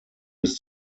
bis